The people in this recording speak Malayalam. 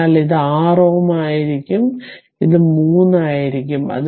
അതിനാൽ ഇത് 6 Ω ആയിരിക്കും ഇത് 3 ആയിരിക്കും